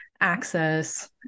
access